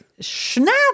Snap